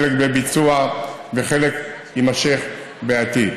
חלק בביצוע וחלק יימשך בעתיד.